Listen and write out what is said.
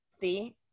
see